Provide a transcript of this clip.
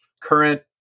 current